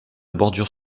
bordure